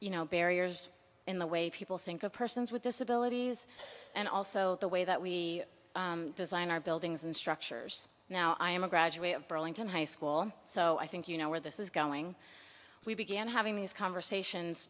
you know barriers in the way people think of persons with disabilities and also the way that we design our buildings and structures now i am a graduate of burlington high school so i think you know where this is going we began having these conversations